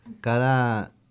cada